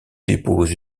dépose